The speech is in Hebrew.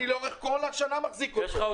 לאורך כל השנה אני מחזיק אותו.